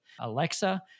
Alexa